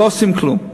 לא עושים כלום.